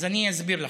אז אני אסביר לכם.